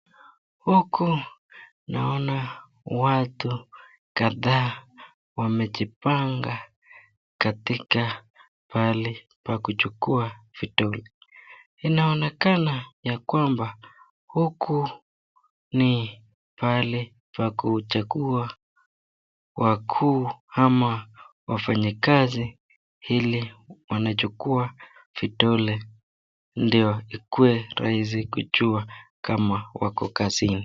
Huku naona watu kadhaa wamejipanga katika pahali pa kuchukua vidole, inaonekana ya kwamba huku ni pahali pa kuchagua wakuu ama wafanyikazi ili wanachukua vidole ndio ikuwe rahisi kujua kama wako kaskaszini.